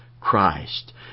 Christ